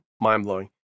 Mind-blowing